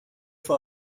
for